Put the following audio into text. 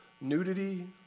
nudity